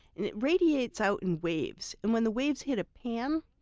and it radiates out in waves. and when the waves hit a pan,